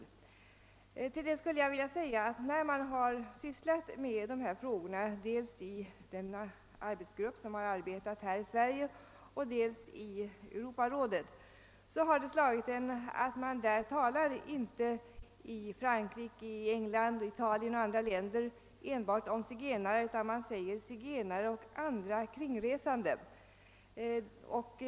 I anslutning till detta skulle jag vilja påpeka, att när man har sysslat med dessa frågor dels i den arbetsgrupp som har arbetat här i Sverige, dels i Europarådet har det slagit en, att det i Frankrike, England, Italien och andra länder inte talas om enbart zigenare utan om zigenare och andra kringresande.